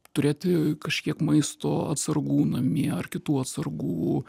turėti kažkiek maisto atsargų namie ar kitų atsargų